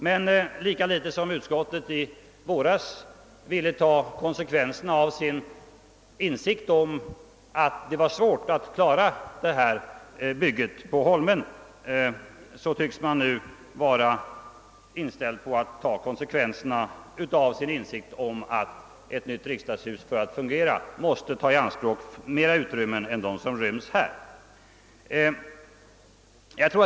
Men lika litet som utskottet i våras ville ta konsekvenserna av insikten om att det var svårt att klara detta bygge på Helgeandsholmen, tycks man nu vara inställd på att ta konsekvenserna av insikten om att ett nytt riksdagshus för att fungera måste ta i anspråk större utrymmen än vad som kan rymmas här.